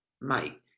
mate